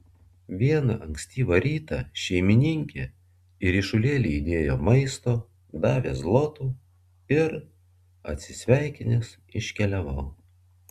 vieną ankstyvą rytą šeimininkė į ryšulėlį įdėjo maisto davė zlotų ir atsisveikinęs iškeliavau